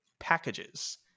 packages